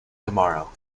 tomorrow